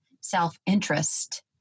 self-interest